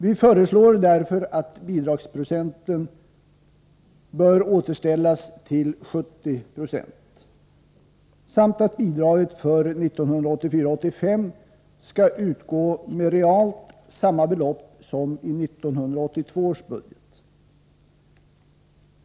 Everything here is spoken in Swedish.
Vi föreslår därför att bidragsprocenten skall återställas till 70 96 samt att bidraget för 1984/85 skall utgå med realt samma belopp som i 1982 års budget.